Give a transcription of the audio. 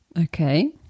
Okay